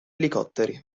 elicotteri